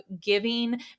giving